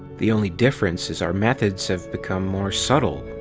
the only difference is our methods have become more subtle,